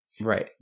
Right